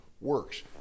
works